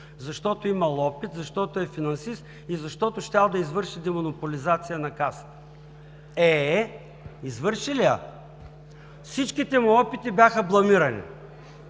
защото имал опит, защото е финансист и защото щял да извърши демонополизация на Касата. Еее, извърши ли я? Всичките му опити бяха бламирани!